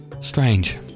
Strange